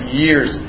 years